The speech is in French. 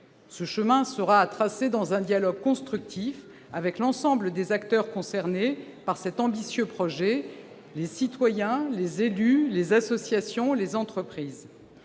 Ce chemin sera à tracer dans un dialogue constructif avec l'ensemble des acteurs concernés par cet ambitieux projet : les citoyens, les élus, les associations, les entreprises.